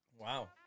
Wow